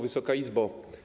Wysoka Izbo!